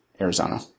Arizona